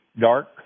dark